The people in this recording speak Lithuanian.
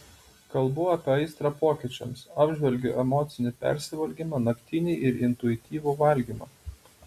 kalbu apie aistrą pokyčiams apžvelgiu emocinį persivalgymą naktinį ir intuityvų valgymą